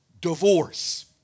divorce